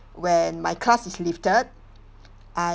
when my class is lifted I